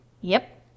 Yep